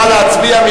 נא להצביע.